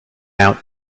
out